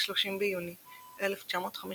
ה-30 ביוני 1956,